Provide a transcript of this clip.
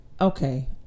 Okay